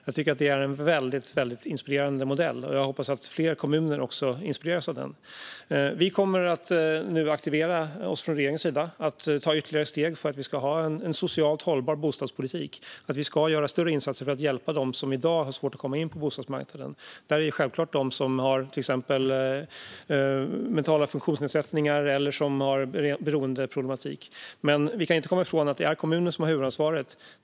Jag tycker att det är en väldigt inspirerande modell, och jag hoppas att fler kommuner inspireras av den. Vi kommer nu att aktivera oss från regeringens sida och ta ytterligare steg för en socialt hållbar bostadspolitik. Vi ska göra större insatser för att hjälpa dem som i dag har svårt att komma in på bostadsmarknaden. Bland dem finns självklart personer som till exempel har mentala funktionsnedsättningar eller beroendeproblematik. Men vi kan inte komma ifrån att det är kommunerna som har huvudansvaret.